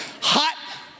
Hot